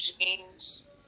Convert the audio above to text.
jeans